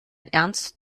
ernst